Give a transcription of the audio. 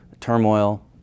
turmoil